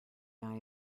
eye